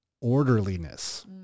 orderliness